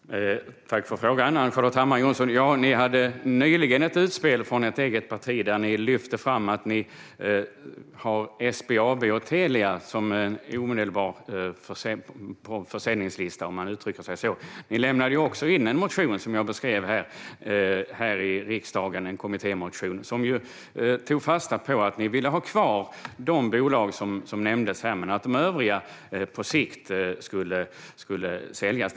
Herr talman! Tack för frågan, Ann-Charlotte Hammar Johnsson! Ditt parti hade nyligen ett utspel där ni lyfte fram att ni har SBAB och Telia på försäljningslistan, om jag uttrycker mig så. Som jag beskrev lämnade ni också in en kommittémotion i riksdagen som tog fasta på att ni ville ha kvar de bolag som nämndes här men att de övriga på sikt skulle säljas.